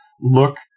look